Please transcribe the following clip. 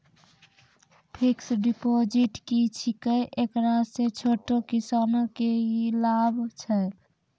Fixed deposit की छिकै, एकरा से छोटो किसानों के की लाभ छै?